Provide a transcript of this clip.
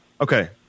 Okay